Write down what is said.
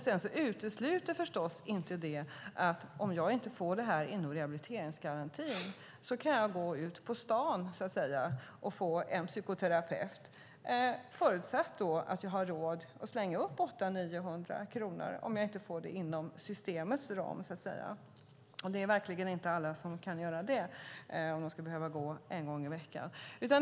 Det utesluter förstås inte att jag, om jag inte får detta inom rehabiliteringsgarantin, kan gå ut på staden och få en psykoterapeut, förutsatt att jag har råd att slänga upp 800-900 kronor, om jag inte får det inom systemets ram, och det är verkligen inte alla som kan göra det, om man behöver gå en gång i veckan.